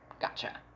Gotcha